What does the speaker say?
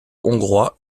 hongrois